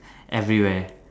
everywhere